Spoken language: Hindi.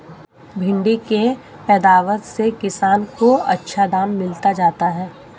भिण्डी के पैदावार से किसान को अच्छा दाम मिल जाता है